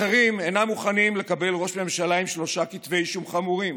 אחרים אינם מוכנים לקבל ראש ממשלה עם שלושה כתבי אישום חמורים,